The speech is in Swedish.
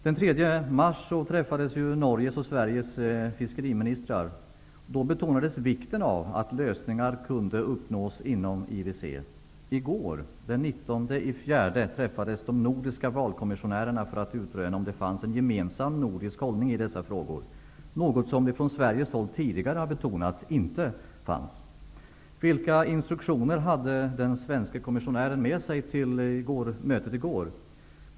Den 3 mars träffades Norges och Sveriges fiskeriministrar. Då betonades vikten av att lösningar kunde uppnås inom IWC. I går, den 19 april, träfades de nordiska valkommissionärerna för att utröna om det finns en gemensam nordisk hållning i dessa frågor, något som vi från Sveriges håll tidigare har betonat inte finns. Vilka instruktioner hade den svenske kommissionären med sig till mötet i går?